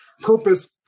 Purpose